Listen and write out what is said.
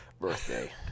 birthday